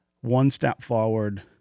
one-step-forward